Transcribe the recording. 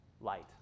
light